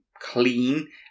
clean